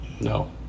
No